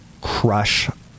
crush